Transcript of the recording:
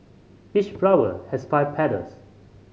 each flower has five petals